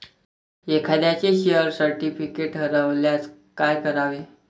एखाद्याचे share certificate हरवल्यास काय करावे?